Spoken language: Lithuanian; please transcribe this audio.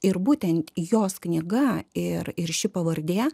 ir būtent jos knyga ir ir ši pavardė